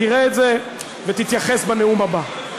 תראה את זה ותתייחס בנאום הבא.